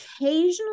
occasionally